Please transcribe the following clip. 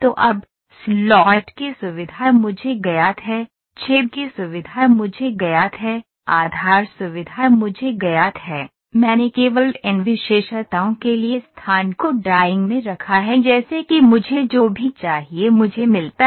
तो अब स्लॉट की सुविधा मुझे ज्ञात है छेद की सुविधा मुझे ज्ञात है आधार सुविधा मुझे ज्ञात है मैंने केवल इन विशेषताओं के लिए स्थान को ड्राइंग में रखा है जैसे कि मुझे जो भी चाहिए मुझे मिलता है